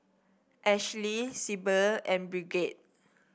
Ashley Sibyl and Bridgette